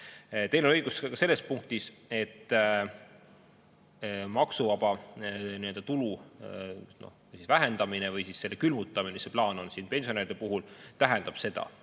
Teil on õigus ka selles punktis, et maksuvaba tulu vähendamine või selle külmutamine, nagu plaan on, pensionäride puhul tähendab seda,